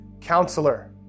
counselor